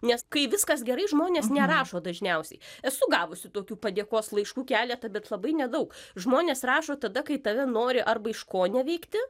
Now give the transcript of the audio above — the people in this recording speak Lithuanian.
nes kai viskas gerai žmonės nerašo dažniausiai esu gavusi tokių padėkos laiškų keletą bet labai nedaug žmonės rašo tada kai tave nori arba iškoneveikti